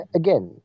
again